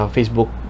Facebook